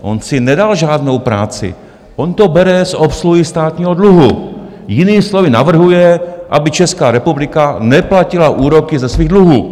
On si nedal žádnou práci, on to bere z obsluhy státního dluhu, jinými slovy, navrhuje, aby Česká republika neplatila úroky ze svých dluhů.